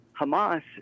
Hamas